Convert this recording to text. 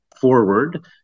forward